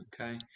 okay